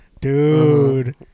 Dude